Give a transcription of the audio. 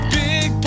big